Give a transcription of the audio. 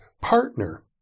partner